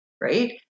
right